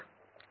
7 V உள்ளது